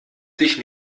dich